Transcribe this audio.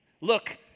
Look